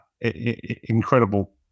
incredible